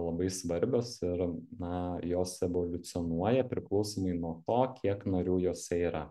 labai svarbios ir na jos evoliucionuoja priklausomai nuo to kiek narių jose yra